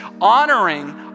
honoring